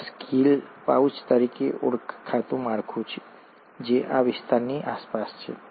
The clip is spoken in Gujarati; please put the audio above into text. વિકાસ ગિલ પાઉચ તરીકે ઓળખાતું માળખું જે આ વિસ્તારની આસપાસ છે